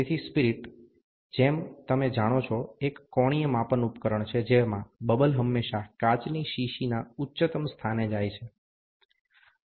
તેથી સ્પીરીટ જેમ તમે જાણો છો એક કોણીય માપન ઉપકરણ છે જેમાં બબલ હંમેશા કાચની શીશીના ઉચ્ચતમ સ્થાને જાય છે